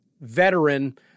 veteran